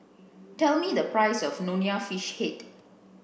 tell me the price of Nonya fish head